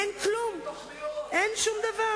הגדול הוא כלב, הקטן הוא כלב בן-כלב.